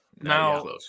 Now